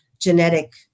genetic